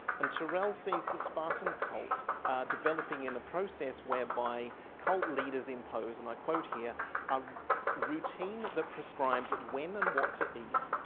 and tyrrell sees the spartan cult developing in a process whereby cult leaders impose, and i quote here a routine that prescribes when and what to eat,